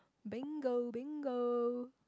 bingo bingo